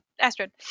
Astrid